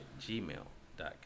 gmail.com